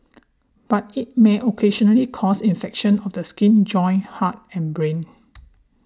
but it may occasionally cause infections of the skin joints heart and brain